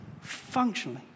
functionally